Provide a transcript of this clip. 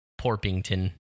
Porpington